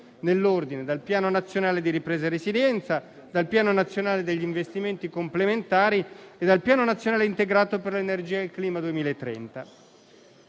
nell'ordine: il Piano nazionale di ripresa e resilienza, il Piano nazionale per gli investimenti complementari e il Piano nazionale integrato per l'energia e il clima 2030.